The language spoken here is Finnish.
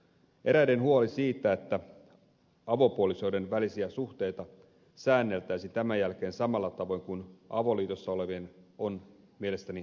eräiden huoli siitä että avopuolisoiden välisiä suhteita säänneltäisiin tämän jälkeen samalla tavoin kuin avioliitossa olevien on mielestäni aivan turha